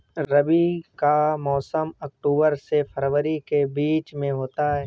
रबी का मौसम अक्टूबर से फरवरी के बीच में होता है